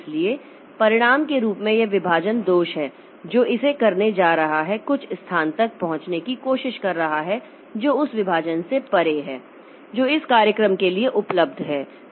इसलिए परिणाम के रूप में यह विभाजन दोष है जो इसे करने जा रहा है कुछ स्थान तक पहुंचने की कोशिश कर रहा है जो उस विभाजन से परे है जो इस कार्यक्रम के लिए उपलब्ध है